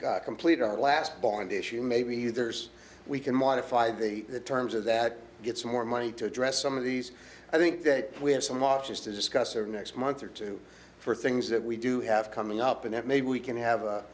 completed our last bond issue maybe there's we can modify the terms of that gets more money to address some of these i think that we have some options to discuss or next month or two for things that we do have coming up and that maybe we can have a